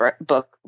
book